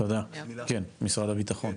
כן, משרד הביטחון.